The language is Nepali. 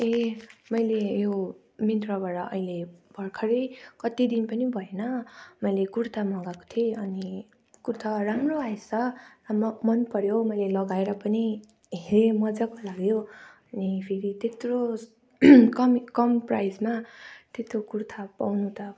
ए मैले यो मिन्त्राबाट अहिले भर्खरै कति दिन पनि भएन मैले कुर्ता मगाएको थिएँ अनि कुर्ता राम्रो आएछ म मन पर्यो मैले लगाएर पनि हेरेँ मजाको लाग्यो अनि फेरि त्यत्रो कमी कम प्राइसमा त्यत्रो कुर्ता पाउनु त अब